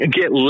get